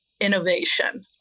innovation